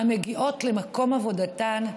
המגיעות למקום עבודתן,